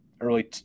early